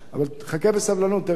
אבל חכה בסבלנות, תראה.